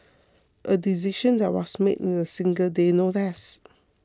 a decision that was made in a single day no less